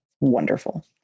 wonderful